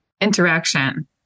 interaction